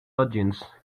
audience